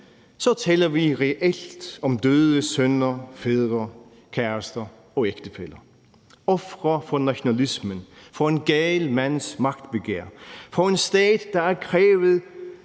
taler vi reelt om døde sønner, fædre, kærester og ægtefæller – ofre for nationalismen, for en gal mands magtbegær, for en stat, der har krævet